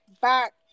back